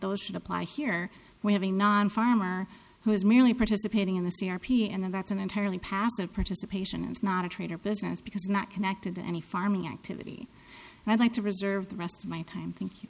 those should apply here we have a non farmer who is merely participating in the c r p and that's an entirely passive participation is not a trade or business because not connected to any farming activity i'd like to reserve the rest of my time thank